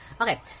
Okay